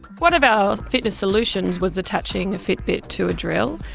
one of our fitness solutions was attaching a fitbit to a drill,